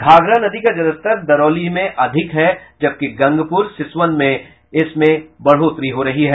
घाघरा नदी का जलस्तर दरौली में अधिक है जबकि गंगपुर सिसवन में इसमें बढ़ोतरी हो रही है